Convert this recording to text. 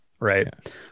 Right